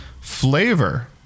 flavor